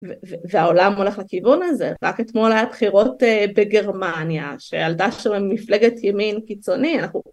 ‫והעולם הולך לכיוון הזה. ‫רק אתמול היה בחירות בגרמניה, ‫שעלתה שם מפלגת ימין קיצוני...